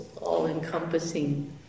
all-encompassing